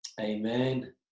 amen